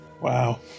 Wow